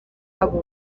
abo